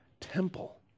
temple